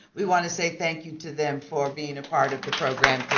we want to say thank you to them for being a part of the program